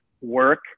work